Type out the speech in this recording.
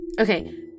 Okay